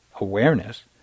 awareness